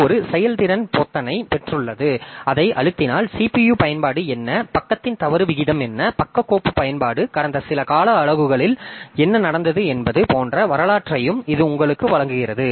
இது ஒரு செயல்திறன் பொத்தானைப் பெற்றுள்ளது அதை அழுத்தினால் CPU பயன்பாடு என்ன பக்கத்தின் தவறு விகிதம் என்ன பக்க கோப்பு பயன்பாடு கடந்த சில கால அலகுகளில் என்ன நடந்தது என்பது போன்ற வரலாற்றையும் இது உங்களுக்கு வழங்குகிறது